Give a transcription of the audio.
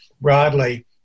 broadly